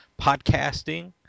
podcasting